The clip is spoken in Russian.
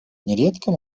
нередко